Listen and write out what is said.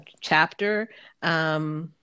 chapter